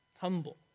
Humble